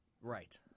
Right